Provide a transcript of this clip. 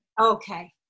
Okay